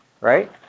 right